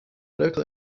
local